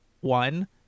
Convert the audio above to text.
one